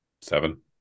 Seven